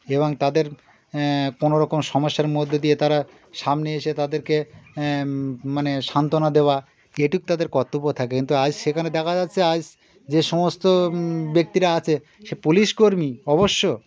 এবং তাদের কোনো রকম সমস্যার মধ্যে দিয়ে তারা সামনে এসে তাদেরকে মানে সান্ত্বনা দেওয়া এটুক তাদের কর্তব্য থাকে কিন্তু আজ সেখানে দেখা যাচ্ছে আজ যে সমস্ত ব্যক্তিরা আছে সে পুলিশকর্মী অবশ্য